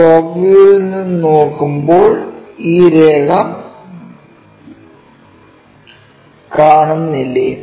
top വ്യൂവിൽ നിന്ന് നോക്കുമ്പോൾ ഈ രേഖ കാണുന്നില്ലേ